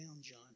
John